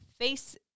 Face